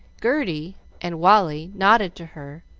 gerty and wally nodded to her,